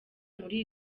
muri